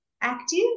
active